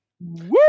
Woo